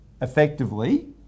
effectively